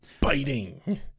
Biting